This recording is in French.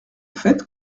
fait